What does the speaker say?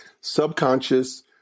subconscious